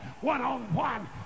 one-on-one